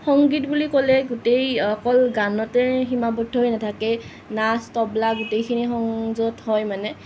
সংগীত বুলি ক'লে গোটেই অকল গানতে সীমাবদ্ধ হৈ নাথাকে নাচ তবলা গোটেইখিনি সংযত হয় মানে